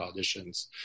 auditions